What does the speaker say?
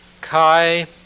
Kai